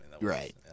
Right